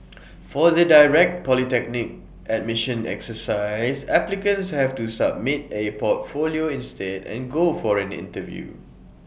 for the direct polytechnic admissions exercise applicants have to submit A portfolio instead and go for an interview